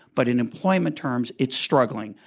but in employment terms, it's struggling.